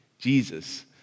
Jesus